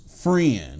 friend